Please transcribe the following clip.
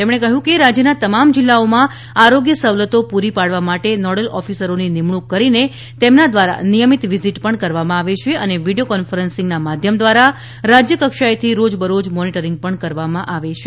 તેમણે કહ્યું કે રાજ્યના તમામ જિલ્લાઓમાં આરોગ્ય સવલતો પૂરી પાડવા માટે નોડલ ઓફિસરોની નિમણૂંક કરીને તેમના દ્વારા નિયમિત ફિલ્ડ વિઝીટ પણ કરવામાં આવે છે અને વીડિયો કોન્ફરન્સીંગના માધ્યમ દ્વારા રાજ્યકક્ષાએથી રોજ બરોજ મોનીટરીંગ પણ કરવામાં આવે છે